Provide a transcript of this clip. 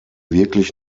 wirklich